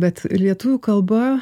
bet lietuvių kalba